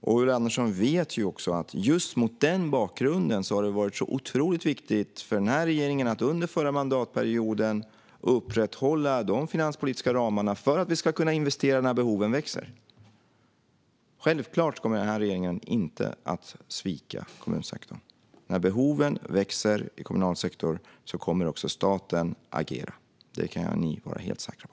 Ulla Andersson vet ju också att just mot den bakgrunden har det varit otroligt viktigt för den här regeringen att under förra mandatperioden upprätthålla de finanspolitiska ramarna för att vi ska kunna investera när behoven växer. Självklart kommer den här regeringen inte att svika kommunsektorn. När behoven växer i kommunal sektor kommer också staten att agera. Det kan ni vara helt säkra på.